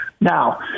Now